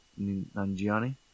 Nanjiani